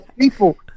people